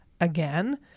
again